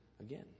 again